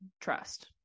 trust